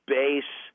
base